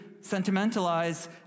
sentimentalize